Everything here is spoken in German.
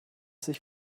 sich